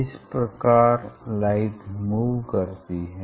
इस प्रकार light move करती है